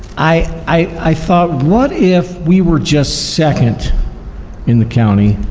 i i thought what if we were just second in the county,